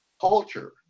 culture